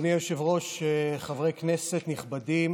אדוני היושב-ראש, חברי כנסת נכבדים,